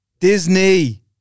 Disney